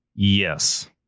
Yes